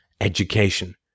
education